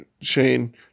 Shane